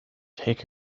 take